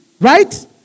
right